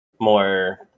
more